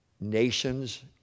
nations